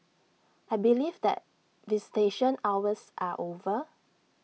I believe that visitation hours are over